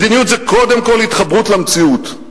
מדיניות זה קודם כול התחברות למציאות,